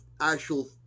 actual